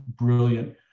brilliant